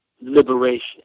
liberation